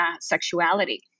sexuality